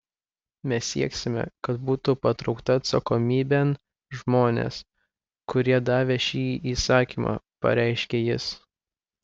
mes sieksime kad būtų patraukti atsakomybėn žmonės kurie davė šį įsakymą pareiškė jis